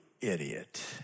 idiot